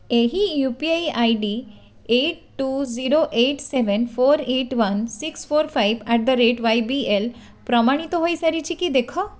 ଏହି U P I I D eight two zero eight seven four eight one six four five at the rate y b l ପ୍ରମାଣିତ ହୋଇସାରିଛି କି ଦେଖ